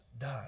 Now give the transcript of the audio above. done